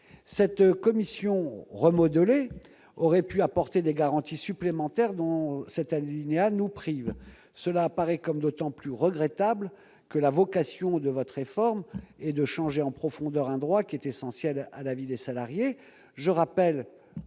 Cette commission remodelée aurait pu apporter des garanties supplémentaires, dont cet alinéa nous prive. C'est d'autant plus regrettable que la vocation de votre réforme est de changer en profondeur un droit qui est essentiel à la vie des salariés.